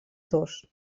dos